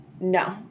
No